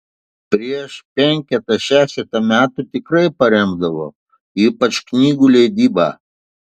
prieš penketą šešetą metų tikrai paremdavo ypač knygų leidybą